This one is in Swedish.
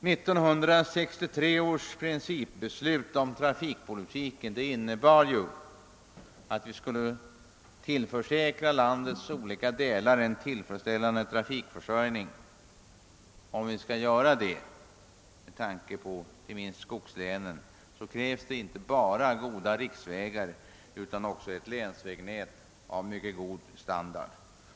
1963 års principbeslut om trafikpolitiken innebar ju att vi skulle tillförsäkra landets olika delar en tillfredsställande trafikförsörjning. Om vi skall göra detta med tanke inte minst på skogslänen krävs inte bara goda riksvägar utan även ett länsvägnät av god standard.